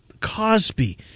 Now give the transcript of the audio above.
Cosby